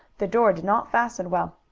the door did not fasten well.